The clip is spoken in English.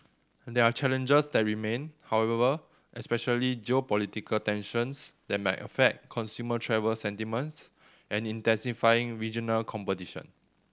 there are challenges that remain however especially geopolitical tensions that might affect consumer travel sentiments and intensifying regional competition